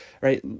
right